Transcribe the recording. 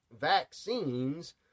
vaccines